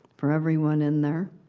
for everyone in there.